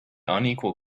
unequal